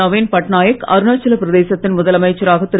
நவீன்பட்நாயக் அருணாச்சலப் பிரதேசத்தின் முதலமைச்சராக திரு